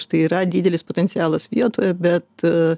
štai yra didelis potencialas vietoje bet